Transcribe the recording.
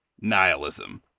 nihilism